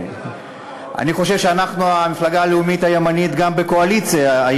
אני חושב שאנחנו המפלגה הלאומית הימנית היחידה גם בקואליציה.